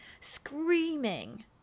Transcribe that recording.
Screaming